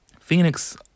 Phoenix